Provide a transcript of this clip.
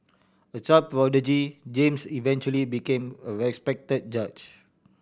a child prodigy James eventually became a respect judge